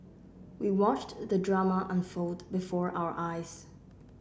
we watched the drama unfold before our eyes